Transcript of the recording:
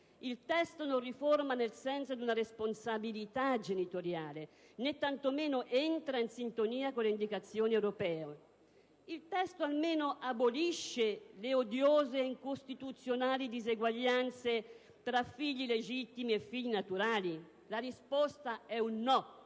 Il testo non riforma nel senso di una responsabilità genitoriale, né tanto meno entra in sintonia con le indicazioni europee. Il testo almeno abolisce le odiose e incostituzionali diseguaglianze tra figli legittimi e figli naturali? La risposta è no,